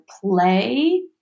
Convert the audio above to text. play